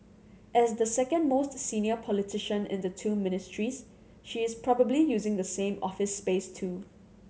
as the second most senior politician in the two Ministries she is probably using the same office space too